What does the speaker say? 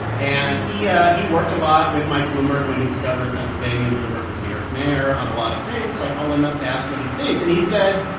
and and he ah he worked a lot with mike bloomberg when he was governor of pennsylvania and bloomberg was new york mayor on a lot of things, so i called him and up to ask what he thinks. and he said,